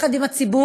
יחד עם הציבור,